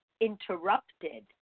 interrupted